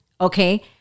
Okay